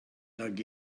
dug